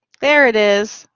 there it is.